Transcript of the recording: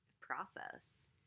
process